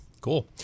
Cool